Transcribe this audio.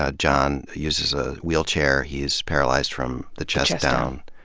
ah john uses a wheelchair. he's paralyzed, from the chest down,